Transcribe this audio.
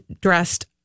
dressed